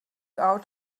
out